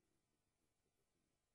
י"ז בתמוז התשע"ז,